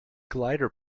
glider